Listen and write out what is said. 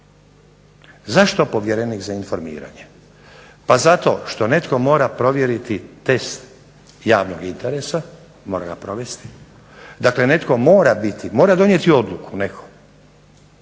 Zašto povjerenik za informiranje? Zato što netko mora provjeriti test javnog interesa, mora ga provesti, netko mora donijeti odluku da